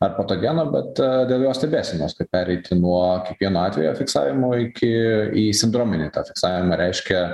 ar patogeno bet dėl jos stebėsenos kad pereiti nuo kiekvieno atvejo fiksavimo iki į sindrominį tą fiksavimą reiškia